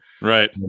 Right